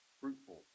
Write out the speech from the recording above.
fruitful